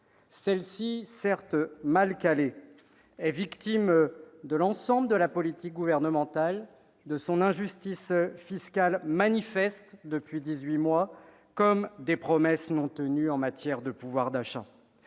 Celle-ci, certes mal calée, est victime de l'ensemble de la politique gouvernementale, de son injustice fiscale, manifeste depuis dix-huit mois, comme des promesses non tenues en matière de pouvoir d'achat.